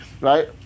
right